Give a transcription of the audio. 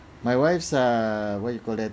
my wife's uh what you call that